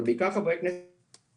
אבל בעיקר חברי כנסת